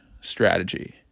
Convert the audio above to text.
strategy